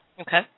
Okay